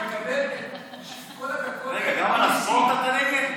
גם בספורט אתה נגד?